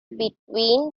between